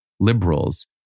Liberals